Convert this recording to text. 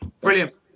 Brilliant